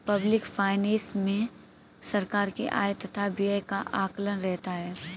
public finance मे सरकार के आय तथा व्यय का आकलन रहता है